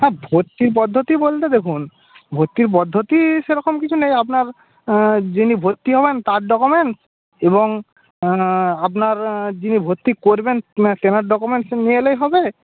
হ্যাঁ ভর্তির পদ্ধতি বলতে দেখুন ভর্তির পদ্ধতি সেরকম কিছু নেই আপনার যিনি ভর্তি হবেন তার ডকুমেন্টস এবং আপনার যিনি ভর্তি করবেন তেনার ডকুমেন্টস নিয়ে এলেই হবে